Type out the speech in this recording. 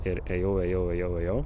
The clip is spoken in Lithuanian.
ir ėjau ėjau ėjau